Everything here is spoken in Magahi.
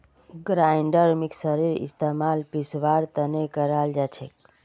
ग्राइंडर मिक्सरेर इस्तमाल पीसवार तने कराल जाछेक